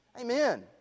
Amen